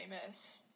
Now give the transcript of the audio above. Famous